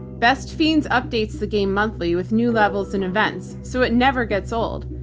best fiends updates the game monthly with new levels in events so it never gets old.